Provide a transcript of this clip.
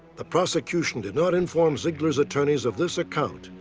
the prosecution did not inform zeigler's attorneys of this account,